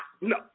No